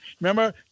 Remember